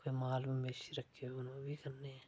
ते माल मवेशी रक्खे दे होन ओह् बी करने